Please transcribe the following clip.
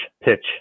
pitch